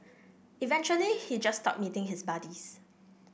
eventually he just stopped meeting his buddies